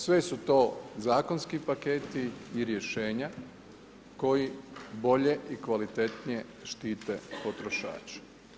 Sve su zakonski paketi i rješenja koji bolje i kvalitetnije štite potrošače.